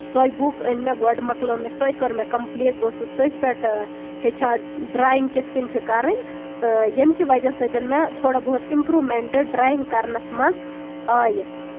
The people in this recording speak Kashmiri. سوے بُک أنۍ مےٚ گۄڈٕ مۄکلٲو مےٚ کٔر مےٚ کَمپٕلیٖٹ بہٕ ٲسٕس تٔتھۍ پٮ۪ٹھ ہیٚچھان ڈریِنگ کِتھ کٔنۍ چھِ کَرٕنۍ تہٕ ییٚمہِ کہِ وجہہ سۭتۍ مےٚ تھوڑا بہت اِمپروٗمینٹ ڈریِنگ کرنَس منٛز آیہِ